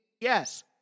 yes